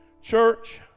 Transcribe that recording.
Church